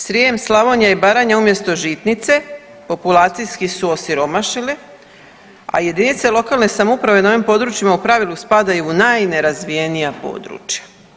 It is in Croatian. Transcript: Srijem, Slavonija i Baranja umjesto žitnice populacijski su osiromašili, a jedinice lokalne samouprave na ovim područjima u pravilu spadaju u najnerazvijenija područja.